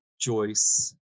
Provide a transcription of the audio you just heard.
Joyce